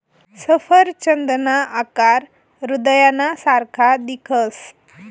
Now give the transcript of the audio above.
सफरचंदना आकार हृदयना सारखा दिखस